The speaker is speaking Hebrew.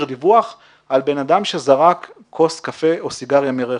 דיווח על בן אדם שזרק כוס קפה או סיגריה מרכב.